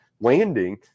landing